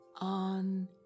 on